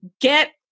get